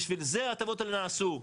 בשביל זה ההטבות האלה נעשו.